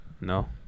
No